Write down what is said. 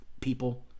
people